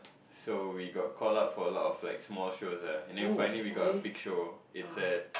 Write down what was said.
so we got call up for a lot of like small shows ah and then finally we got a big show it's at